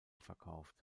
verkauft